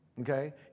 okay